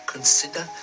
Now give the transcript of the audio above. Consider